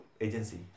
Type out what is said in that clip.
agency